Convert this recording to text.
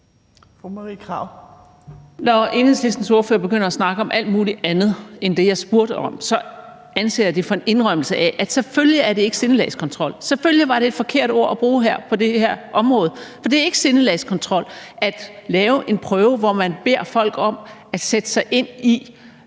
Når Enhedslistens ordfører begynder at snakke om alt muligt andet end det, jeg spurgte om, så anser jeg det for en indrømmelse af, at det selvfølgelig ikke er sindelagskontrol. Selvfølgelig var det et forkert ord at bruge her på det her område, for det er ikke sindelagskontrol at lave en prøve, hvor man beder folk om at sætte sig ind i,